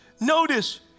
Notice